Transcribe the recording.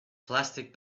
plastic